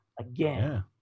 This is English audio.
again